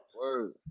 Word